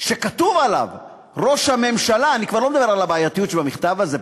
שכתוב עליו "ראש הממשלה" אני כבר לא מדבר על הבעייתיות שבמכתב הזה,